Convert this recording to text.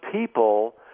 people